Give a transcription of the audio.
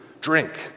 drink